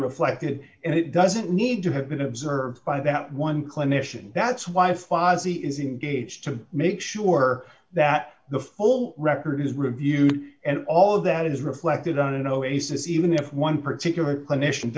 reflected and it doesn't need to have been observed by that one clinician that's why fozzy is engaged to make sure that the full record is reviewed and all of that is reflected on an oasis even if one particular clinician